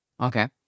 okay